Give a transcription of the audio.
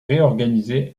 réorganisé